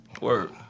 Word